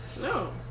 no